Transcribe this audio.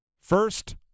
First